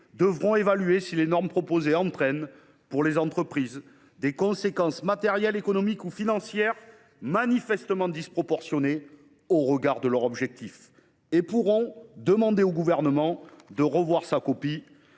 devront évaluer si les normes proposées entraînent, pour les entreprises, « des conséquences matérielles, économiques ou financières manifestement disproportionnées au regard de leurs objectifs » et pourront « demander au Gouvernement de “revoir sa copie”